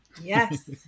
yes